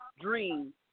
dream